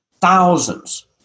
thousands